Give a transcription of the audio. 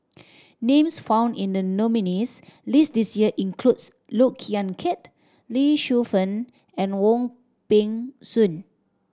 names found in the nominees' list this year includes Look Yan Kit Lee Shu Fen and Wong Peng Soon